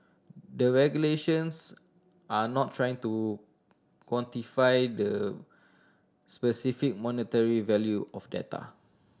the regulators are not trying to quantify the specific monetary value of data